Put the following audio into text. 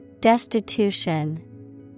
Destitution